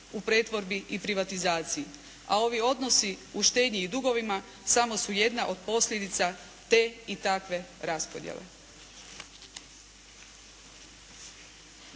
u pretvorbi i privatizaciji. A ovi odnosi u štednji i dugovima samo su jedna od posljedica te i takve raspodjele.